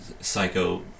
psycho